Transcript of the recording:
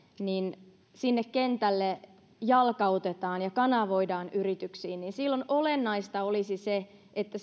sinne kentälle jalkautetaan ja kanavoidaan yrityksiin niin silloin olennaista olisi se että